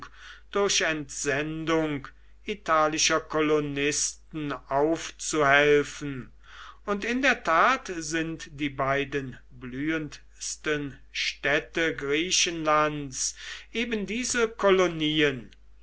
durch entsendung italischer kolonisten aufzuhelfen und in der tat sind die beiden blühendsten städte griechenlands eben diese kolonien